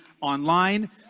online